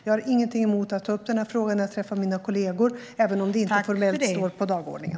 Jag har ingenting emot att ta upp frågan när jag träffar mina kollegor även om det inte formellt står på dagordningen.